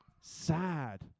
Sad